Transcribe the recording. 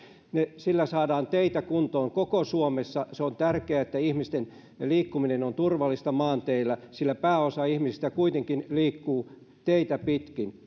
sillä saadaan teitä kuntoon koko suomessa se on tärkeää että ihmisten liikkuminen on turvallista maanteillä sillä pääosa ihmisistä kuitenkin liikkuu teitä pitkin